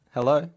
Hello